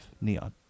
Neon